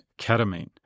ketamine